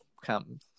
Come